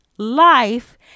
life